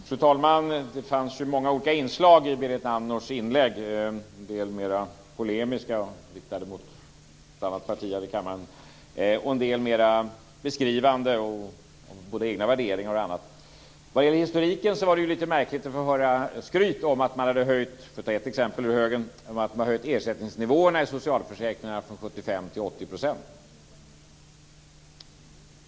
Fru talman! Det fanns ju många olika inslag i Berit Andnors inlägg. En del var mer polemiska, riktade mot ett annat parti här i kammaren, och en del var mer beskrivande när det gäller både egna värderingar och annat. Vad gäller historiken var det ju lite märkligt att höra skryt om att man, för att ta ett exempel ur högen, hade höjt ersättningsnivån i socialförsäkringarna från 75 % till 80 %.